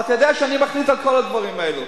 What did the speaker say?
ואתה יודע שאני מחליט על כל הדברים האלה,